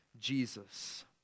Jesus